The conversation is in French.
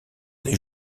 des